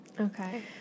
Okay